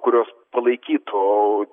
kurios palaikytų